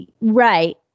Right